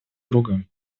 друга